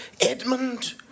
Edmund